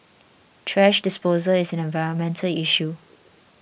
thrash disposal is an environmental issue